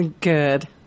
Good